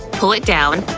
pull it down,